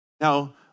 Now